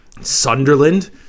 Sunderland